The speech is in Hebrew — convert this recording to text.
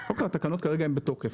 התקנות כרגע הן בתוקף.